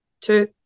two